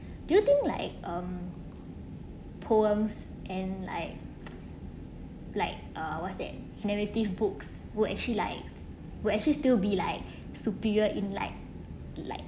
do you think like um poems and like like uh what's that narrative books were actually like will actually still be like superior in like like